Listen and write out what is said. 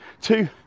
two